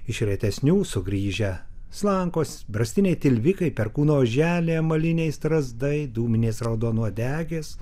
iš retesnių sugrįžę slankos brastiniai tilvikai perkūno oželiai amaliniai strazdai dūminės raudonuodegės